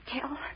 tell